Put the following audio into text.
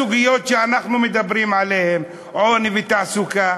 לכל הסוגיות שאנחנו מדברים עליהן, עוני ותעסוקה,